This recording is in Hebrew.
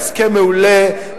ההסכם מעולה,